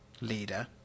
leader